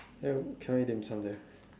can I dim-sum there